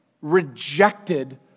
rejected